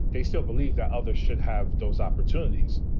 they still believe that others should have those opportunities.